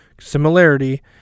similarity